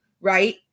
Right